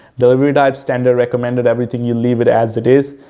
delivery type, standard recommended, everything you leave it as it is.